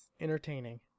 entertaining